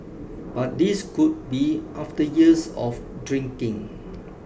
but this could be after years of drinking